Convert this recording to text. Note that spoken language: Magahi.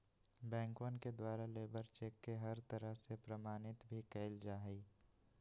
बैंकवन के द्वारा लेबर चेक के हर तरह से प्रमाणित भी कइल जा हई